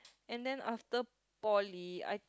and then after poly I